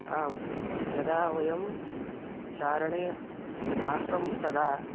आं यदा वयं चारणे आसं तदा